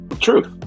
truth